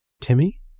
Timmy